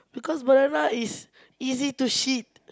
because banana is easy to shit